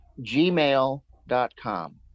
gmail.com